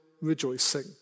rejoicing